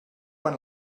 quan